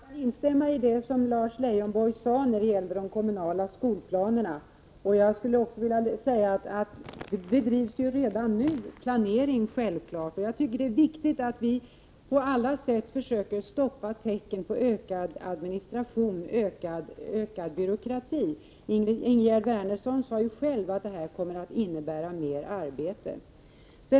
Herr talman! Jag kan instämma i det som Lars Leijonborg sade när det gäller de kommunala skolplanerna. Jag skulle vilja tillägga att det självfallet redan nu bedrivs planering. Jag tycker att det är viktigt att vi på alla sätt försöker stoppa tecken på ökad administrativ byråkrati. Ingegerd Wärnersson sade själv att det här kommer att innebära mer arbete.